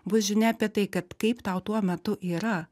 bus žinia apie tai kad kaip tau tuo metu yra